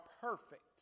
perfect